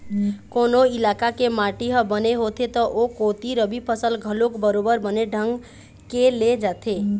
कोनो इलाका के माटी ह बने होथे त ओ कोती रबि फसल घलोक बरोबर बने ढंग के ले जाथे